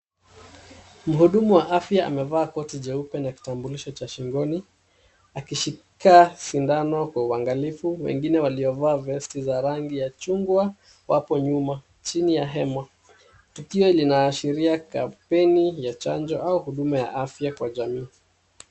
Mhudumu wa afya amevaa koti jeupe na kitambulisho cha shingoni akishika sindano kwa uangalifu. Wengine waliovaa vesti za rangi ya chungwa wapo nyuma chini ya hema. Tukio linaashiria kampeni ya chanjo au huduma ya afya kwa jamii.